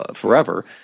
forever